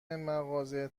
مغازه